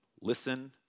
listen